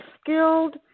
skilled